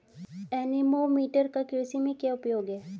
Anemometer का कृषि में क्या उपयोग है?